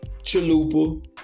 Chalupa